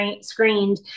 screened